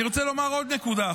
אני רוצה לומר עוד נקודה.